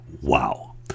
Wow